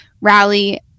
rally